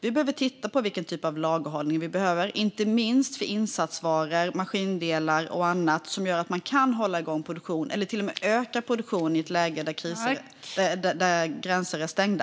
Vi behöver titta på vilken typ av lagerhållning vi behöver, inte minst för insatsvaror, maskindelar och annat som gör att man kan hålla igång eller till och med öka produktionen i ett läge där gränser är stängda.